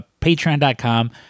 patreon.com